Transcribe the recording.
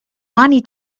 money